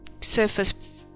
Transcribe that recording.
surface